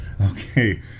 Okay